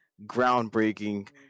groundbreaking